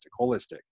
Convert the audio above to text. holistic